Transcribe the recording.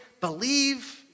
believe